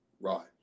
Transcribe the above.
Right